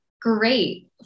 great